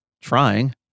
trying